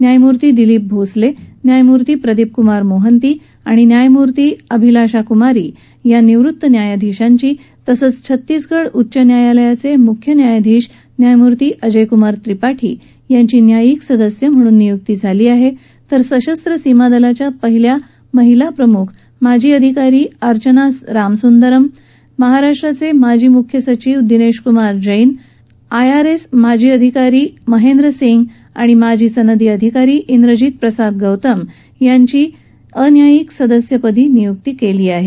न्यायमूर्ती दिलिप भोसले न्यायमूर्ती प्रदीप कुमार मोहंती आणि न्यायमूती अभिलाषा कुमारी या निवृक्त न्यायाधीशांची तसंच छत्तीसगढ उच्च न्यायालयाचे मुख्य न्यायमूर्ती अजय कुमार त्रिपाठी यांची न्यायिक सदस्य म्हणून नियुक्ती केली आहे तर सशस्त्र सीमा दलाच्या पहिल्या महिला प्रमुख माजी अधिकारी अर्चना रामसुदरम महाराष्ट्राचे माजी मुख्य सचिव दिनेश कुमार जैन आय आरएस माजी अधिकारी महेंद्र सिंग आणि माजी सनदी अधिकारी इजित प्रसाद गौतम यांची अन्यायिक सदस्यपदी नियुक्ती केली आहे